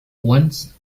once